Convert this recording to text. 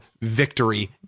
victory